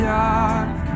dark